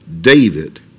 David